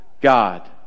God